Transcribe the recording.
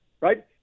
right